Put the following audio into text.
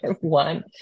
one